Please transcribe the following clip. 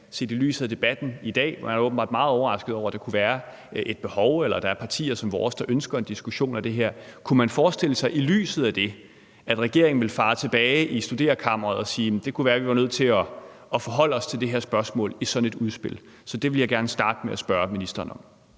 i sådan et udspil? Man er åbenbart meget overrasket over, at der kunne være et behov, eller at der er partier som vores, der ønsker en diskussion af det her. Så kunne man forestille sig, set i lyset af debatten i dag, at regeringen ville fare tilbage i studerekammeret og sige, at det kunne være, at de var nødt til at forholde sig til det her spørgsmål i sådan et udspil? Det vil jeg gerne starte med at spørge ministeren om.